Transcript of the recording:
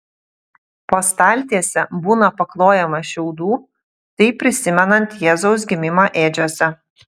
po staltiese būna paklojama šiaudų taip prisimenant jėzaus gimimą ėdžiose